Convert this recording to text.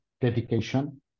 dedication